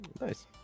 Nice